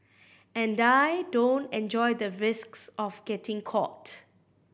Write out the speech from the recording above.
and I don't enjoy the risks of getting caught